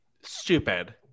Stupid